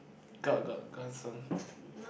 got got cousin